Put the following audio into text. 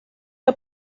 que